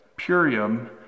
Purium